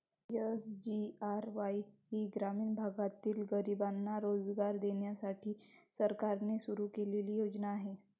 SGRY ही ग्रामीण भागातील गरिबांना रोजगार देण्यासाठी सरकारने सुरू केलेली योजना आहे